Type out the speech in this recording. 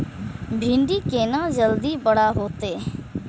भिंडी केना जल्दी बड़ा होते?